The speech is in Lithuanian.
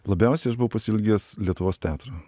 labiausiai aš buvau pasiilgęs lietuvos teatro